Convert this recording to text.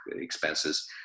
expenses